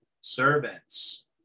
servants